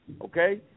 Okay